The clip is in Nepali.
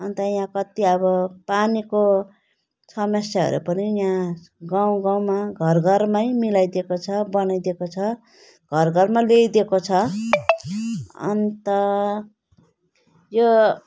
अन्त यहाँ कति अबपानीको समस्याहरू पनि यहाँ गाउँ गाउँमा घर घरमै मिलाइदिएको छ बनाइदिए को छ घरघरमै ल्याइदिएको छ अन्त यो